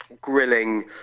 grilling